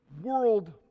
world